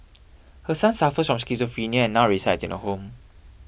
her son suffers on schizophrenia and now resides in a home